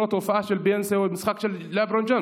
הופעה של ביונסה או משחק של לברון ג'יימס.